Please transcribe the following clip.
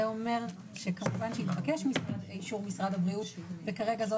זה אומר שיתבקש אישור משרד הבריאות וכרגע זו